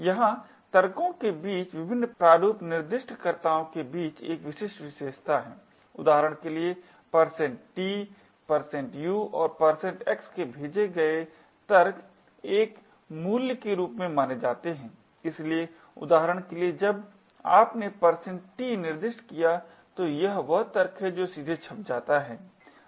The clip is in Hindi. यहाँ तर्कों के बीच विभिन्न प्रारूप निर्दिष्टकर्ताओं के बीच एक विशिष्ट विशेषता है उदाहरण के लिए T u और x के भेजे गए तर्क एक मूल्य के रूप में माने जाते है इसलिए उदाहरण के लिए जब आपने t निर्दिष्ट किया तो यह वह तर्क है जो सीधे छप जाता है